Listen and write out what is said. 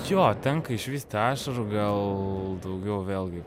jo tenka išvysti ašarų gal daugiau vėlgi